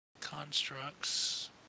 Constructs